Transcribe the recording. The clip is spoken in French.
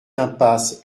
impasse